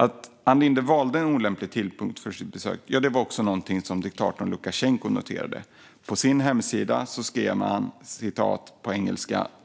Att Ann Linde valde en olämplig tidpunkt för sitt besök var också något som diktatorn Lukasjenko noterade. På presidentens hemsida skrev man: